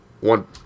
One